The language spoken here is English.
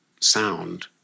sound